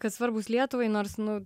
kad svarbūs lietuvai nors nu